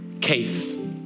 Case